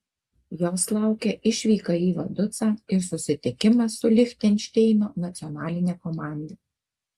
jos laukia išvyka į vaducą ir susitikimas su lichtenšteino nacionaline komanda